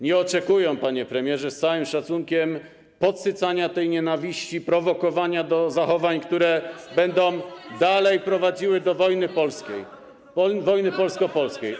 Nie oczekują, panie premierze, z całym szacunkiem, podsycania tej nienawiści, prowokowania do zachowań, które będą dalej prowadziły do wojny polskiej, wojny polsko-polskiej.